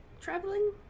traveling